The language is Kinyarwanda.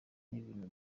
n’ibintu